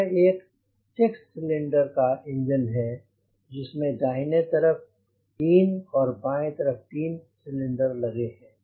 यह एक 6 सिलेंडर का इंजन है जिसमें दाहिने तरफ 3 और बाएं तरफ 3 सिलेंडर लगे हैं